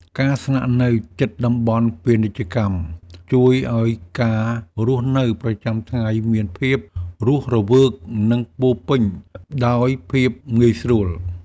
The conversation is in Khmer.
ការស្នាក់នៅជិតតំបន់ពាណិជ្ជកម្មជួយឱ្យការរស់នៅប្រចាំថ្ងៃមានភាពរស់រវើកនិងពោរពេញដោយភាពងាយស្រួល។